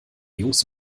jungs